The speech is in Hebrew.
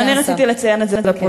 גם אני רציתי לציין את זה לפרוטוקול.